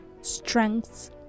strengths